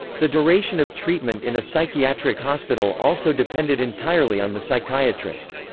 the duration of treatment in a psychiatric hospital also depended entirely on the psychiatrist.